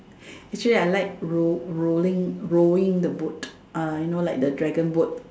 actually I like roll rolling rowing the boat you know like the dragon boat